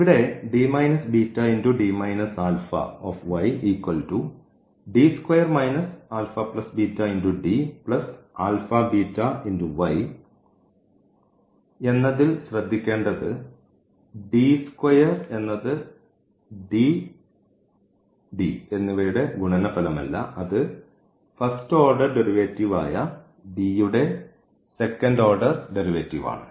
ഇവിടെ എന്നതിൽ ശ്രദ്ധിക്കേണ്ടത് എന്നത് എന്നിവയുടെ ഗുണനഫലം അല്ല അത് ഫസ്റ്റ് ഓർഡർ വേറ്റീവ് ആയ യുടെ സെക്കൻഡ് ഓർഡർ ഡെറിവേറ്റീവ് ആണ്